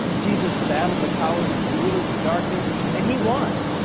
jesus battled the powers of the rulers of darkness and he won!